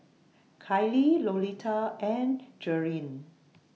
Kaylie Lolita and Jerilyn